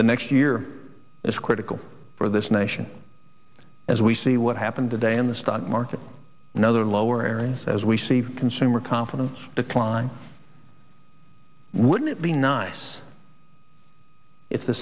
the next year is critical for this nation as we see what happened today in the stock market and other lower areas as we see consumer confidence decline wouldn't it be nice if the